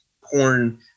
porn